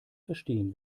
verstehen